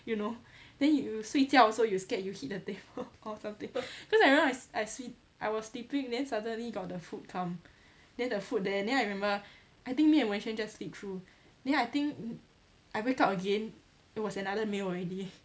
you know then you 睡觉 you also scared you hit the table or something cause I remember I s~ I 睡 I was sleeping then suddenly got the food come then the food there then I remember I think me and wenxuan just sleep through then I think I wake up again it was another meal already